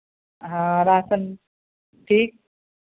हँ राशन ठीक